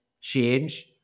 change